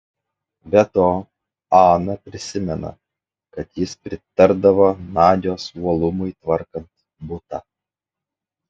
be to ana prisimena kad jis pritardavo nadios uolumui tvarkant butą